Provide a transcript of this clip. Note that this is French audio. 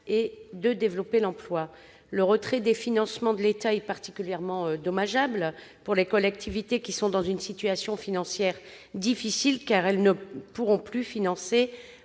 et de développer l'emploi. Le retrait des financements de l'État est particulièrement dommageable pour les collectivités qui sont dans une situation financière difficile, car elles ne pourront plus financer